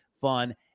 fun